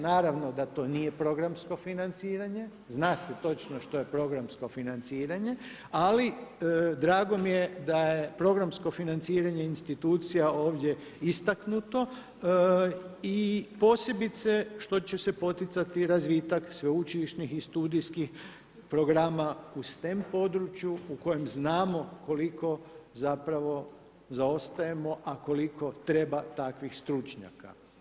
Naravno da to nije programsko financiranje, zna se točno što je programsko financiranje, ali drago mi je da je programsko financiranje institucija ovdje istaknuto i posebice što će se poticati razvitak sveučilišnih i studijskih programa u … području u kojem znamo koliko zaostajemo, a koliko treba takvih stručnjaka.